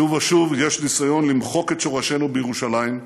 שוב ושוב יש ניסיון למחוק את שורשינו בירושלים,